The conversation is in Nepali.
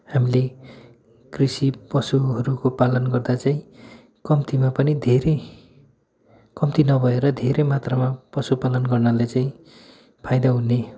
हामीले कृषि पशुहरूको पालन गर्दा चाहिँ कम्तिमा पनि धेरै कम्ति नभएर धेरै मात्रामा पशुपालन गर्नाले चाहिँ फाइदा हुने